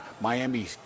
Miami